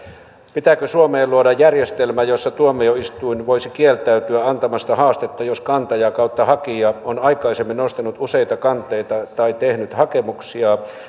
pitääkö suomeen luoda järjestelmä jossa tuomioistuin voisi kieltäytyä antamasta haastetta jos kantaja tai hakija on aikaisemmin nostanut useita kanteita tai tehnyt hakemuksia